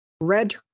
Red